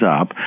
up